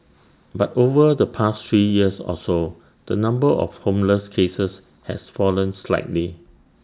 but over the past three years or so the number of homeless cases has fallen slightly